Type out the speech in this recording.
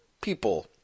people